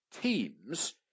teams